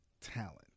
talent